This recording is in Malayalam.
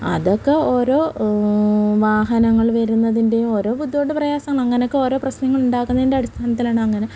അതൊക്കെ ഓരോ വാഹനങ്ങൾ വരുന്നതിൻ്റെയും ഓരോ ബുദ്ധിമുട്ട് പ്രയാസമാണ് അങ്ങനൊക്കെ ഓരോ പ്രശ്നങ്ങൾ ഉണ്ടാക്കുന്നതിൻ്റെ അടിസ്ഥാനത്തിലാണ് അങ്ങനെ